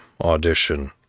audition